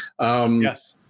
Yes